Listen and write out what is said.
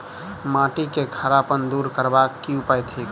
माटि केँ खड़ापन दूर करबाक की उपाय थिक?